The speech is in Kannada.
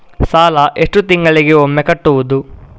ಸಾಲ ಎಷ್ಟು ತಿಂಗಳಿಗೆ ಒಮ್ಮೆ ಕಟ್ಟುವುದು?